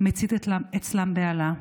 מציתים אצלם בהלה,